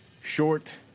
Short